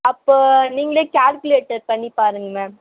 அப்போ நீங்களே கால்குலேட்டர் பண்ணிப்பாருங்க மேம்